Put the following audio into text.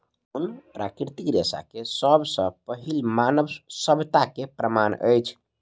ऊन प्राकृतिक रेशा के सब सॅ पहिल मानव सभ्यता के प्रमाण अछि